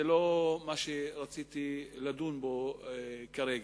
זה לא מה שרציתי לדון בו כרגע.